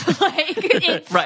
right